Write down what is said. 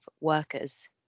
workers